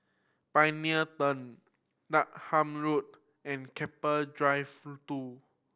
Pioneer Turn Dahan Road and Keppel Drive Two